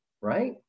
right